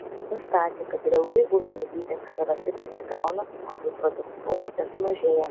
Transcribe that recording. nustatė kad ir ilgai buvę nuvytę kserofitai atsigauna o jų produktyvumas nesumažėja